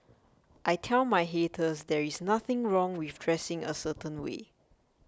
I tell my haters there is nothing wrong with dressing a certain way